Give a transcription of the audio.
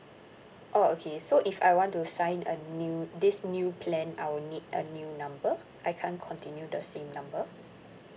oh okay so if I want to sign a new this new plan I would need a new number I can't continue the same number